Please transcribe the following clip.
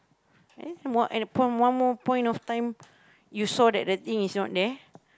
and what at the point one more point of time you saw that the thing is not there